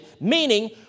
meaning